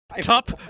Top